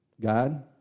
God